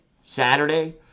Saturday